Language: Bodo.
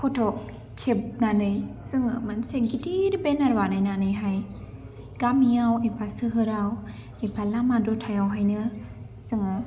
फट'खेबनानै जोङो मोनसे गिदिर बेनार बानायनानैहाय गामियाव एबा सोहोराव एबा लामा दथायावहायनो जोङो